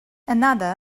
another